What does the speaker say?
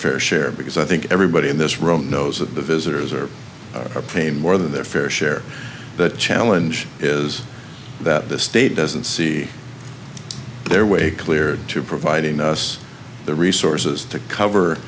fair share because i think everybody in this room knows that the visitors are or pay more than their fair share but challenge is that the state doesn't see their way clear to providing us the resources to cover